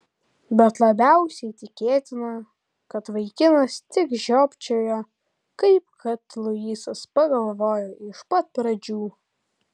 bet labiausiai tikėtina kad vaikinas tik žiopčiojo kaip kad luisas pagalvojo iš pat pradžių